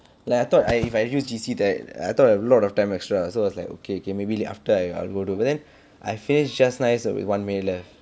like I thought I if I use G_C I thought I have a lot of time extra so I was like okay okay maybe after I I'll go do then I finish just nice with one minute left